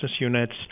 units